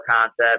concept